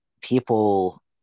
people